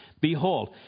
behold